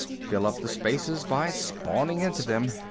fill up the spaces by spawning into them.